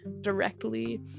directly